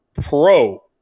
pro